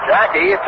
Jackie